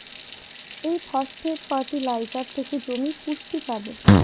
এই phosphate fertiliser থেকে জমি পুষ্টি পাবে